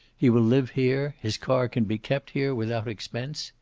he will live here. his car can be kept here, without expense.